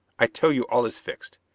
i tell you all is fixed.